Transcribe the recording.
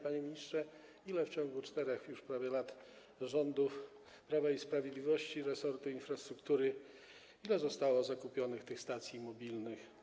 Panie ministrze, ile w ciągu już prawie 4 lat rządów Prawa i Sprawiedliwości, resortu infrastruktury, zostało zakupionych tych stacji mobilnych?